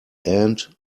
end